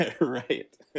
Right